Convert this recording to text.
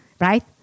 right